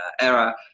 era